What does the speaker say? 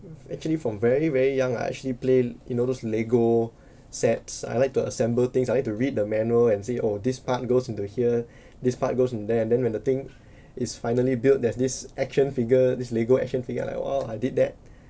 actually from very very young I actually play you know those Lego sets I like to assemble things I like to read the manual and say oh this part goes into here this part goes into there and then when the thing is finally build there's this action figure is lego action figure like !wow! I did that